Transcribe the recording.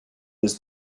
was